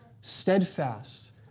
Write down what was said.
steadfast